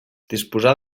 disposar